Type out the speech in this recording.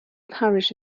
parish